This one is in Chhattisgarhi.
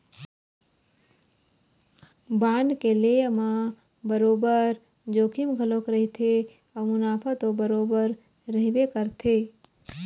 बांड के लेय म बरोबर जोखिम घलोक रहिथे अउ मुनाफा तो बरोबर रहिबे करथे